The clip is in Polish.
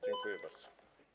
Dziękuję bardzo.